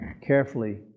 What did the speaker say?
carefully